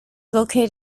located